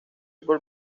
por